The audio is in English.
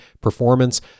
Performance